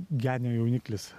genio jauniklis